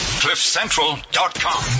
Cliffcentral.com